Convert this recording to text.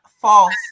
false